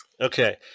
Okay